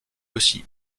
aussi